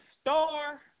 Star